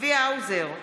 צבי האוזר,